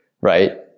right